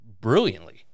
brilliantly